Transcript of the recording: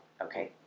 Okay